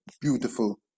beautiful